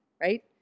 right